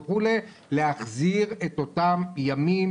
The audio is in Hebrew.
להחזיר את אותם ימים,